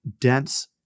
dense